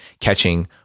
catching